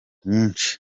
nyinshi